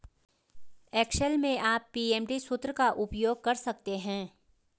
Excel में आप PMT सूत्र का उपयोग कर सकते हैं